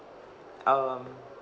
um